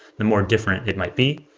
the more different it might be.